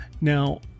Now